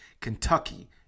Kentucky